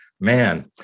man